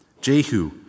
Jehu